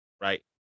right